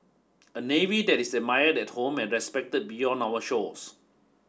a navy that is admired at home and respected beyond our shores